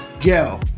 yo